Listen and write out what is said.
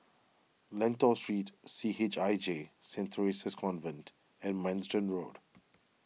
Lentor Street C H I J Saint theresa's Convent and Manston Road